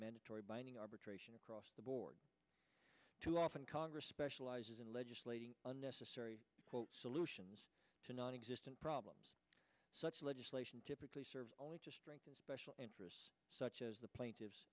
mandatory binding arbitration across the board too often congress specializes in legislating unnecessary solutions to non existent problems such legislation typically serves only just bring in special interests such as the plaintiffs